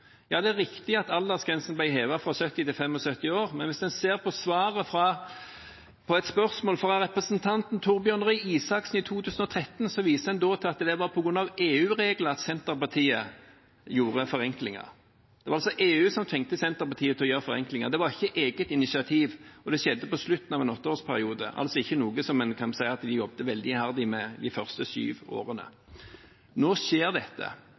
Ja, det er riktig at aldersgrensen ble hevet fra 70 til 75 år, men hvis en ser på svaret på et spørsmål fra representanten Torbjørn Røe Isaksen i 2013, viser en da til at det var på grunn av EU-regler at Senterpartiet gjorde forenklinger. Det var altså EU som tvang Senterpartiet til å gjøre forenklinger, det var ikke på eget initiativ, og det skjedde på slutten av en åtteårsperiode, altså ikke noe en kan si at de jobbet veldig iherdig med de første syv årene. Nå skjer dette